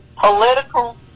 political